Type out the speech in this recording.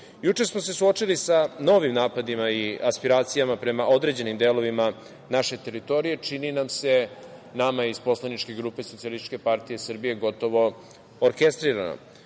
Juče smo se suočili sa novim napadima i aspiracijama prema određenim delovima naše teritoriji, čini nam se, nama iz poslaničke grupe SPS, gotovo orkestrirano